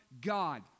God